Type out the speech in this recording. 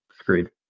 agreed